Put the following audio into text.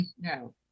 no